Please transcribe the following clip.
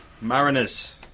Mariners